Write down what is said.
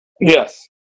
Yes